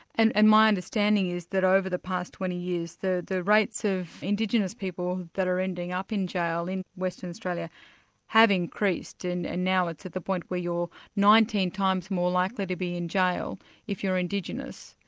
and and my understanding is that over the past twenty years, the the rates of indigenous people that are ending up in jail in western australia have increased, and now it's at the point where you're nineteen times more likely to be in jail if you're indigenous,